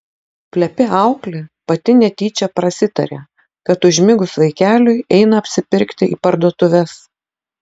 plepi auklė pati netyčia prasitarė kad užmigus vaikeliui eina apsipirkti į parduotuves